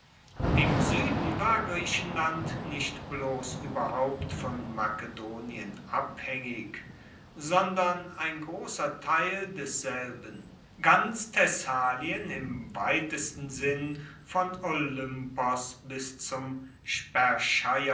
im sueden war griechenland nicht bloss ueberhaupt von makedonien abhaengig sondern ein grosser teil desselben ganz thessalien im weitesten sinn von olympos bis zum